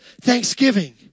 Thanksgiving